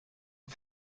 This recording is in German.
und